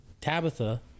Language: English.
Tabitha